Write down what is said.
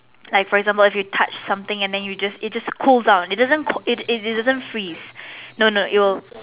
like for example if you touch something and then you just it just cools down it doesn't cool it it didn't freeze no no it will